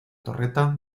torreta